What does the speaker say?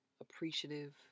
appreciative